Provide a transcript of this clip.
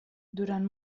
durant